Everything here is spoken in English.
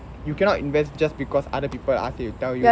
you cannot invest just because other people ask you to